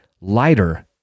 lighter